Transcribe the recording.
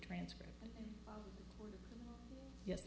transcript yes